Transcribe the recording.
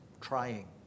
trying